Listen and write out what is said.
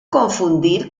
confundir